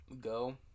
go